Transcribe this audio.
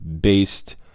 based